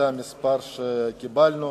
זה הנתון שקיבלנו.